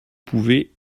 pouvez